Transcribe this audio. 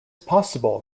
possible